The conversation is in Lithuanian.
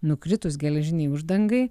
nukritus geležinei uždangai